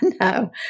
no